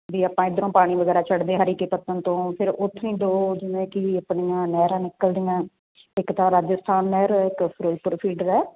ਵੀ ਆਪਾਂ ਇੱਧਰੋਂ ਪਾਣੀ ਵਗੈਰਾ ਛੱਡਦੇ ਹਰੀਕੇ ਪੱਤਣ ਤੋਂ ਫਿਰ ਉੱਥੋਂ ਹੀ ਦੋ ਜਿਵੇਂ ਕਿ ਆਪਣੀਆਂ ਨਹਿਰਾਂ ਨਿੱਕਲਦੀਆਂ ਇੱਕ ਤਾਂ ਰਾਜਸਥਾਨ ਨਹਿਰ ਇੱਕ ਫਿਰੋਜ਼ਪੁਰ ਫੀਡਰ ਹੈ